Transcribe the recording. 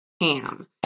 ham